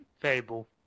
Fable